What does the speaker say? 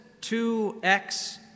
2x